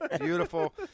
beautiful